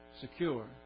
secure